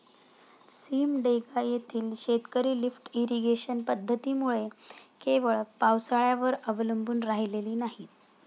सिमडेगा येथील शेतकरी lift irrigation पद्धतीमुळे केवळ पावसाळ्यावर अवलंबून राहिलेली नाहीत